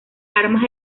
armas